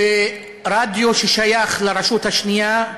ורדיו ששייך לרשות השנייה,